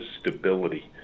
stability